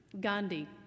Gandhi